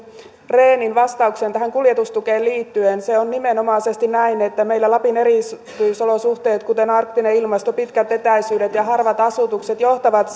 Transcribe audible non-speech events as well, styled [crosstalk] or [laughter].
rehnin vastauksen tähän kuljetustukeen liittyen se on nimenomaisesti näin että meillä lapin erityisolosuhteet kuten arktinen ilmasto pitkät etäisyydet ja harvat asutukset johtavat [unintelligible]